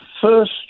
first